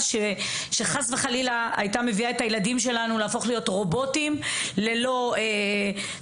שחס וחלילה הייתה מביאה את הילדים שלנו להפוך להיות רובוטים ללא תרבות.